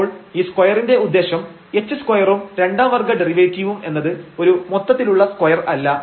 അപ്പോൾ ഈ സ്ക്വയറിന്റെ ഉദ്ദേശം h2 ഉം രണ്ടാം വർഗ ഡെറിവേറ്റീവും എന്നത് ഒരു മൊത്തത്തിലുള്ള സ്ക്വയർ അല്ല